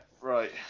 Right